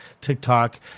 TikTok